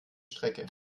strecke